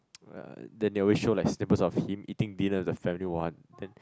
uh then they always show like snippets of him eating dinner as the family want then